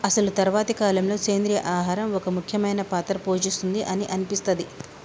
అసలు తరువాతి కాలంలో, సెంద్రీయ ఆహారం ఒక ముఖ్యమైన పాత్ర పోషిస్తుంది అని అనిపిస్తది